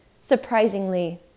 surprisingly